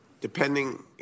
Depending